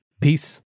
Peace